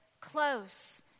close